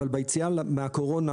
אבל ביציאה מהקורונה,